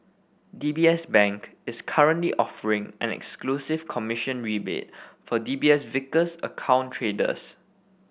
D B S Bank is currently offering an exclusive commission rebate for D B S Vickers account traders